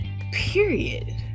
period